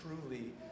truly